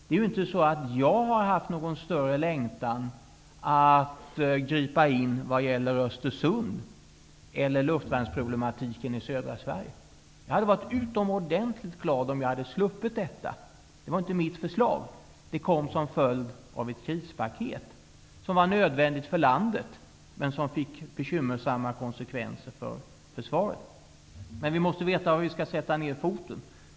Det är inte så att jag har haft någon större längtan att gripa in vad gäller Östersund eller luftvärnsproblematiken i södra Sverige. Jag hade varit utomordentligt glad om jag hade sluppit detta. Det var inte mitt förslag. Det kom som en följd av ett krispaket, som var nödvändigt för landet men som fick bekymmersamma konsekvenser för försvaret. Men vi måste veta var vi skall sätta ner foten.